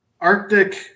Arctic